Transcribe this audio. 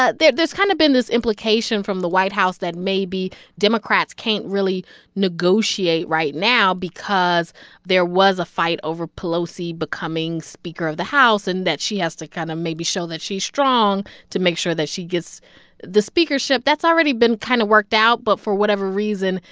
ah there's kind of been this implication from the white house that maybe democrats can't really negotiate right now because there was a fight over pelosi becoming speaker of the house and that she has to kind of maybe show that she's strong to make sure that she gets the speakership. that's already been kind of worked out. but for whatever reason,